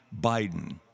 Biden